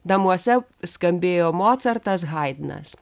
namuose skambėjo mocartas haidnas